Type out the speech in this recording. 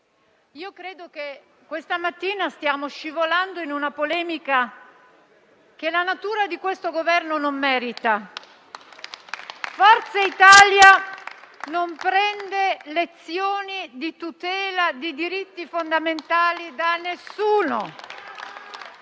io credo che questa mattina stiamo scivolando in una polemica che la natura di questo Governo non merita. Forza Italia non prende lezioni di tutela dei diritti fondamentali da nessuno.